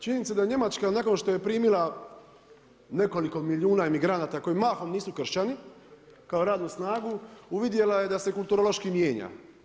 Činjenica da je Njemačka nakon što je primila nekoliko milijuna migranata koji mahom nisu kršćani kao radnu snagu, uvidjela je da se kulturološki mijenja.